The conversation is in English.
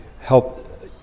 help